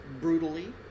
brutally